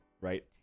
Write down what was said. right